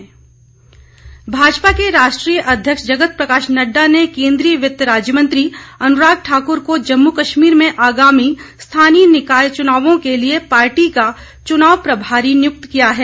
अनुराग ठाकुर भाजपा के राष्ट्रीय अध्यक्ष जगत प्रकाश नड़डा ने केन्द्रीय वित्त राज्य मंत्री अनुराग ठाक्र को जम्मू कश्मीर में आगामी स्थानीय निकाय चुनावों के लिए पार्टी का चुनाव प्रभारी नियुक्त किया है